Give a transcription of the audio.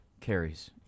carries